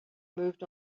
moved